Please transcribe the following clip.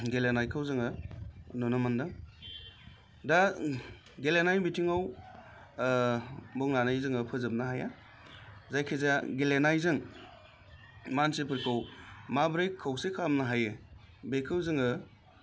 गेलेनायखौ जोङो नुनो मोनदों दा गेलेनायनि बिथिङाव बुंनानै जोङो फोजोबनो हाया जायखि जाया गेलेनायजों मानसिफोरखौ माबोरै खौसे खालामनो हायो बेखौ जोङो